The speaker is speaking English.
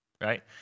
right